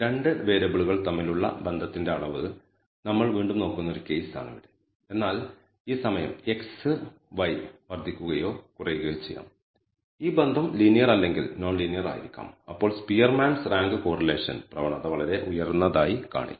2 വേരിയബിളുകൾ തമ്മിലുള്ള ബന്ധത്തിന്റെ അളവ് നമ്മൾ വീണ്ടും നോക്കുന്ന ഒരു കേസ് ആണിവിടെ എന്നാൽ ഈ സമയം x y വർദ്ധിക്കുകയോ കുറയുകയോ ചെയ്യാം ഈ ബന്ധം ലീനിയർ അല്ലെങ്കിൽ നോൺ ലീനിയർ ആയിരിക്കാം അപ്പോൾ Spearman's rank correlation Spearman's Rank Correlation പ്രവണത വളരെ ഉയർന്നതായി കാണിക്കും